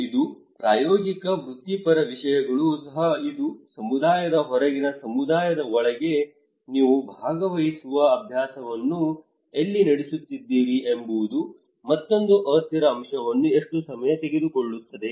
ಇದು ಪ್ರಾಯೋಗಿಕ ವೃತ್ತಿಪರ ವಿಷಯಗಳು ಸಹ ಇದು ಸಮುದಾಯದ ಹೊರಗಿನ ಸಮುದಾಯದ ಒಳಗೆ ನೀವು ಭಾಗವಹಿಸುವ ಅಬ್ಯಾಸವನ್ನು ಎಲ್ಲಿ ನಡೆಸುತ್ತಿದ್ದೀರಿ ಎಂಬುದು ಮತ್ತೊಂದು ಅಸ್ಥಿರ ಅಂಶವನ್ನು ಎಷ್ಟು ಸಮಯ ತೆಗೆದುಕೊಳ್ಳುತ್ತದೆ